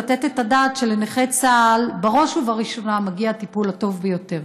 לתת את הדעת שלנכה צה"ל בראש ובראשונה מגיע הטיפול הטוב ביותר.